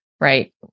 Right